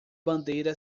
bandeira